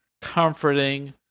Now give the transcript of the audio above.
comforting